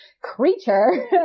creature